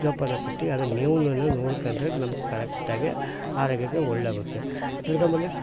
ಜೋಪಾನಾಗಿ ಕಟ್ಟಿ ಅದ್ರ ಮೇವುನ್ನ ನೋಡ್ಕೊಂಡ್ರೆ ನಮಗೆ ಕರೆಕ್ಟಾಗಿ ಆರೋಗ್ಯಕ್ಕೆ ಒಳ್ಳೆಯ ಆಗುತ್ತೆ ತಿರ್ಗಿ ಆಮೇಲೆ